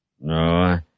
No